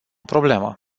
problemă